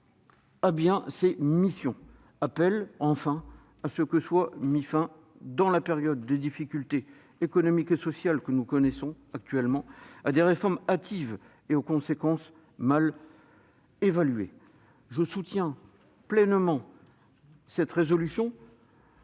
à bien ses missions. Appel à ce qu'il soit mis fin, dans la période de difficultés économiques et sociales actuelles, à des réformes hâtives et aux conséquences mal évaluées. Je soutiens pleinement cette proposition